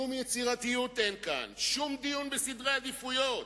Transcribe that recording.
שום יצירתיות אין כאן, ושום דיון בסדרי עדיפויות.